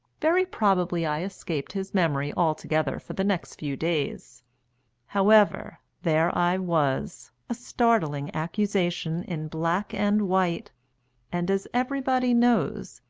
very probably i escaped his memory altogether for the next few days however, there i was a startling accusation in black and white and, as everybody knows,